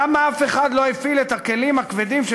למה אף אחד לא הפעיל את הכלים הכבדים של